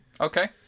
okay